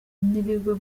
n’ibigo